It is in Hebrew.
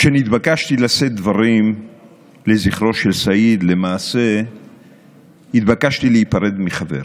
כשנתבקשתי לשאת דברים לזכרו של סעיד למעשה התבקשתי להיפרד מחבר.